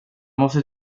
måste